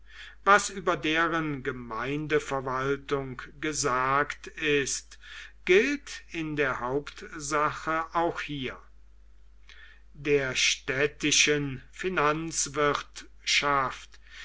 was über deren gemeindeverwaltung gesagt ist gilt in der hauptsache auch hier der städtischen